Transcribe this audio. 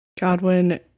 Godwin